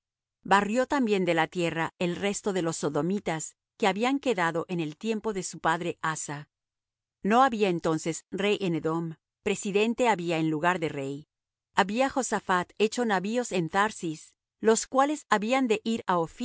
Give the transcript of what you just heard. barrió también de la tierra el resto de los sodomitas que habían quedado en el tiempo de su padre asa no había entonces rey en edom presidente había en lugar de rey había josaphat hecho navíos en tharsis los cuales habían de ir á